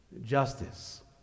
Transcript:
Justice